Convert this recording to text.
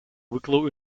wicklow